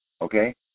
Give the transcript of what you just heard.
okay